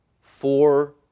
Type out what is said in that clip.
Four